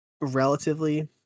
relatively